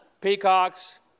peacocks